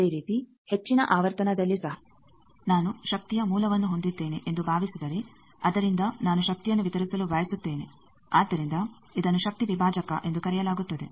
ಅದೇ ರೀತಿ ಹೆಚ್ಚಿನ ಆವರ್ತನದಲ್ಲಿ ಸಹ ನಾನು ಶಕ್ತಿಯ ಮೂಲವನ್ನು ಹೊಂದಿದ್ದೇನೆ ಎಂದು ಭಾವಿಸಿದರೆ ಅದರಿಂದ ನಾನು ಶಕ್ತಿಯನ್ನು ವಿತರಿಸಲು ಬಯಸುತ್ತೇನೆ ಆದ್ದರಿಂದ ಇದನ್ನು ಶಕ್ತಿ ವಿಭಾಜಕ ಎಂದು ಕರೆಯಲಾಗುತ್ತದೆ